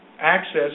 access